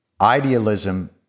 idealism